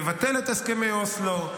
נבטל את הסכמי אוסלו,